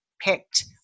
picked